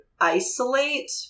isolate